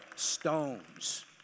Stones